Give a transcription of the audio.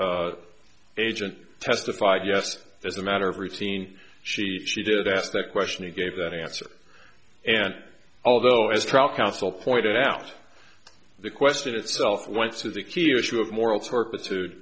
act agent testified yes as a matter of routine she she did ask that question he gave that answer and although as a trial counsel pointed out the question itself went to the key issue of moral turp